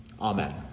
Amen